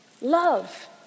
Love